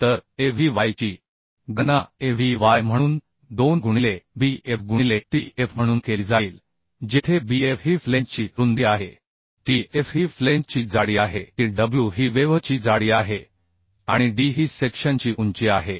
तर AVy ची गणना AVy म्हणून 2 गुणिले Bf गुणिले Tf म्हणून केली जाईल जेथे बीएफ ही फ्लेंजची रुंदी आहे Tf ही फ्लेंजची जाडी आहेTw ही वेव्हची जाडी आहे आणि d ही सेक्शनची उंची आहे